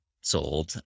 sold